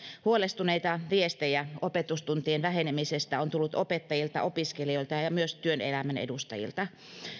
huolestuneita viestejä opetustuntien vähenemisestä on tullut opettajilta opiskelijoilta ja myös työelämän edustajilta